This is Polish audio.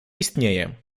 istnieję